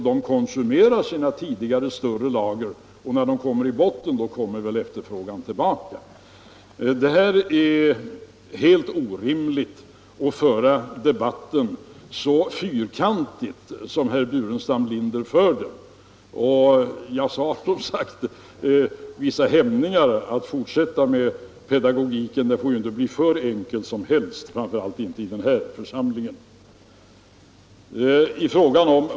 de konsumerar sina tidigare större lager, och när de nåt botten kommer väl efterfrågan tillbaka. Det är helt orimligt att föra debatten så fyrkantigt som herr Burenstam Linder gör. Jag har som sagt vissa hämningar i fråga om att fortsätta med pedagogiken. Den får ju inte bli hur enkel som helst, framför allt inte i denna församling.